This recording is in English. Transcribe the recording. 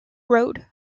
road